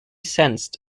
sensed